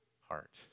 heart